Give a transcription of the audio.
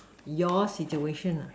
your situation